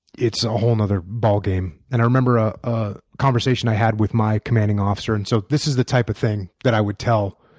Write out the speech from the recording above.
it's a whole nother ballgame. and i remember ah a conversation i had with my commanding officer. and so this is the type of thing i would tell